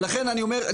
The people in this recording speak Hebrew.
ולכן אני אומר,